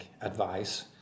advice